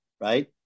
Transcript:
Right